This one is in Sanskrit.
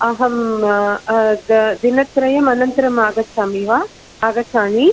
अहं द् दिनत्रयमनन्तरमागच्छामग वा आगच्छामि